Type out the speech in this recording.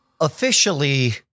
Officially